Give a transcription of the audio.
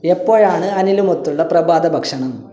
എപ്പോഴാണ് അനിലുമൊത്തുള്ള പ്രഭാത ഭക്ഷണം